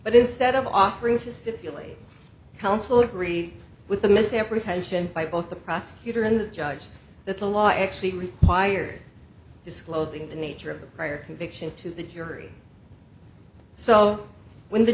but instead of offering to stipulate counsel agreed with the misapprehension by both the prosecutor and the judge that the law actually required disclosing the nature of the prior conviction to the jury so when the